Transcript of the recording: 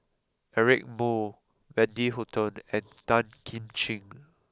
Eric Moo Wendy Hutton and Tan Kim Ching